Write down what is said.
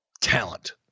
talent